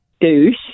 Douche